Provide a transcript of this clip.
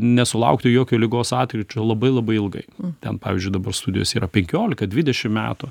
nesulaukti jokio ligos atkryčio labai labai ilgai ten pavyzdžiui dabar studijos yra penkiolika dvidešim metų